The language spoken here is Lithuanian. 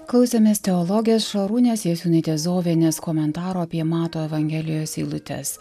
klausėmės teologės šarūnės jasiūnaitės zovienės komentaro apie mato evangelijos eilutes